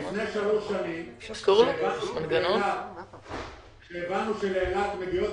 לפני שלוש שנים כשהבנו שלאילת מגיעות